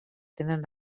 tenen